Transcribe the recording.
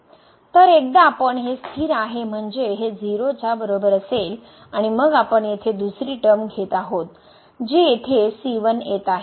तर एकदा आपण हे स्थिर आहे म्हणजे हे 0 च्या बरोबर असेल आणि मग आपण येथे दुसरी टर्म घेत आहोत जे येथे येत आहे